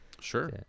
Sure